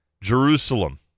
Jerusalem